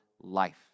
life